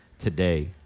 today